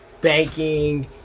banking